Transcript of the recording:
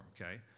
okay